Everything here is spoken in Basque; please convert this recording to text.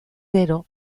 gero